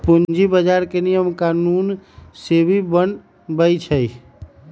पूंजी बजार के नियम कानून सेबी बनबई छई